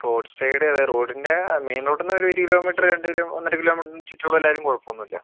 roadside അതെ റോഡിൻറെ main റോഡിന്നു ഒരു ഒരുകിലോമീറ്റർ രണ്ടുകിലോ ഒന്നര കിലോമീറ്റർ ചുറ്റളവിലായാലും കുഴപ്പമൊന്നുമില്ല